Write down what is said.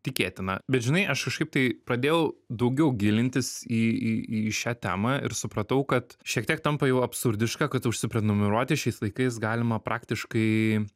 tikėtina bet žinai aš kažkaip tai pradėjau daugiau gilintis į į į šią temą ir supratau kad šiek tiek tampa jau absurdiška kad užsiprenumeruoti šiais laikais galima praktiškai